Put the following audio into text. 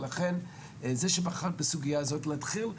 ולכן זה שבחרת בסוגייה זאת להתחיל,